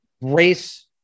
race